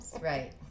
right